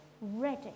ready